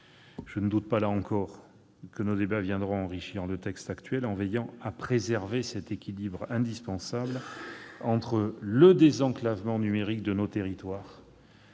Je ne doute pas, là encore, que nos débats viendront enrichir le texte actuel en veillant à préserver cet équilibre indispensable entre le désenclavement numérique de nos territoires,